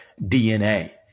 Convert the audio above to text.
DNA